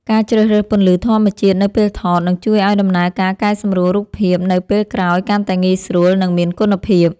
ការជ្រើសរើសពន្លឺធម្មជាតិនៅពេលថត នឹងជួយឱ្យដំណើរការកែសម្រួលរូបភាពនៅពេលក្រោយកាន់តែងាយស្រួល និងមានគុណភាព។